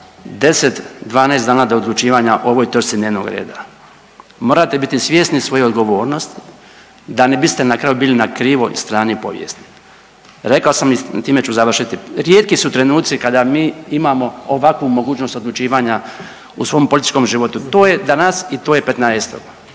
10, 12 dana do odlučivanja o ovoj točci dnevnog reda. Morate biti svjesni svoje odgovornosti, da ne biste na kraju biti na krivoj strani povijesti. Rekao sam i time ću završiti. Rijetki su trenuci kada mi imamo ovakvu mogućnost odlučivanja u svom političkom životu. To je danas i to je 15.